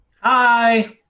Hi